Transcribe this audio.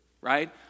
Right